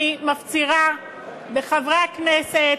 אני מפצירה בחברי הכנסת,